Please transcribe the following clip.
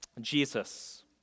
Jesus